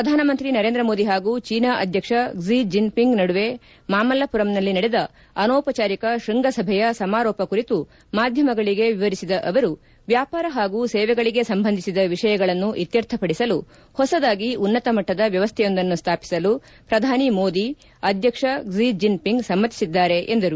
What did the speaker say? ಪ್ರಧಾನಮಂತ್ರಿ ನರೇಂದ್ರ ಮೋದಿ ಹಾಗೂ ಚೀನಾ ಅಧ್ಯಕ್ಷ ಕ್ಷಿ ಜನ್ಪಿಂಗ್ ನಡುವೆ ಮಾಮಲ್ಲಮಂರನಲ್ಲಿ ನಡೆದ ಅನೌಪಚಾರಿಕ ಶ್ವಂಗಸಭೆಯ ಸಮಾರೋಪ ಕುರಿತು ಮಾಧ್ಯಮಗಳಿಗೆ ವಿವರಿಸಿದ ಅವರು ವ್ಯಾಪಾರ ಹಾಗೂ ಸೇವೆಗಳಿಗೆ ಸಂಬಂಧಿಸಿದ ವಿಷಯಗಳನ್ನು ಇತ್ಯರ್ಥಪಡಿಸಲು ಹೊಸದಾಗಿ ಉನ್ನತಮಟ್ಲದ ವ್ಯವಸ್ವೆಯೊಂದನ್ನು ಸ್ವಾಪಿಸಲು ಪ್ರಧಾನಿ ಮೋದಿ ಅಧ್ಯಕ್ಷ ಕ್ಷಿ ಜೆನ್ಪಿಂಗ್ ಸಮತಿಸಿದ್ದಾರೆ ಎಂದರು